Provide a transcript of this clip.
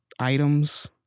items